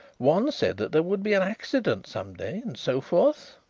one said that there would be an accident some day, and so forth.